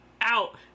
out